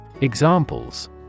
Examples